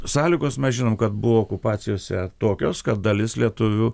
sąlygos mes žinom kad buvo okupacijose tokios kad dalis lietuvių